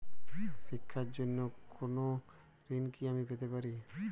শিক্ষার জন্য কোনো ঋণ কি আমি পেতে পারি?